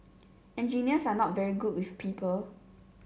engineers are not very good with people